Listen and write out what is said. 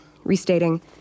Restating